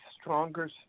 stronger